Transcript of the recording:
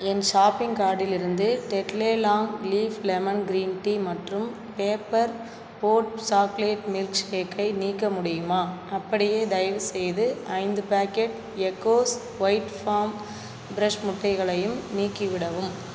என் shopping கார்ட்டிலிருந்து Tetley long leaf lemon green tea மற்றும் paper boat chocolate மில்க்ஷேக்கை நீக்க முடியுமா அப்படியே தயவுசெய்து ஐந்து packet Eggoz white farm fresh முட்டைகளையும் நீக்கிவிடவும்